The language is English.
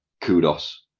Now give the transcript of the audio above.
kudos